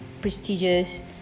prestigious